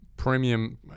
premium